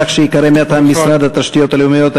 כך שייקרא מעתה: משרד התשתיות הלאומיות,